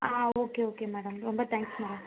ஆ okay okay madam ரொம்ப thanks madam